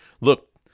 look